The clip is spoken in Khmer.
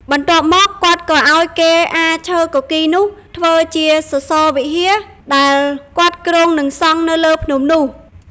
បន្ទាប់មក គាត់ក៏ឲ្យគេអារឈើគគីរនោះធ្វើជាសសរវិហារដែលគាត់គ្រោងនឹងសង់នៅលើភ្នំនោះ។